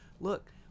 look